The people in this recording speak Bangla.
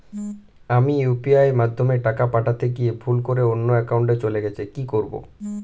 আমি ইউ.পি.আই মাধ্যমে টাকা পাঠাতে গিয়ে ভুল করে অন্য একাউন্টে চলে গেছে কি করব?